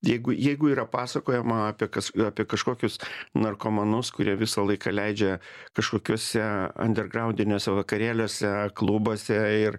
jeigu jeigu yra pasakojama apie kas apie kažkokius narkomanus kurie visą laiką leidžia kažkokiuose andergraundiniuose vakarėliuose klubuose ir